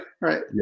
right